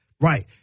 Right